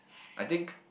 I think